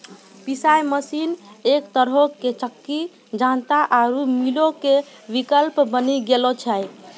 पिशाय मशीन एक तरहो से चक्की जांता आरु मीलो के विकल्प बनी गेलो छै